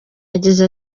yagize